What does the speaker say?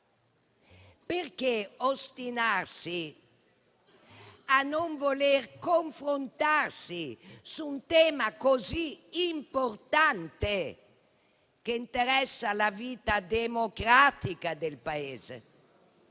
Perché ostinarsi a non volersi confrontare su un tema così importante che interessa la vita democratica del Paese?